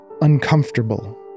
uncomfortable